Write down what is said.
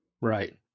Right